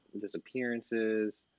disappearances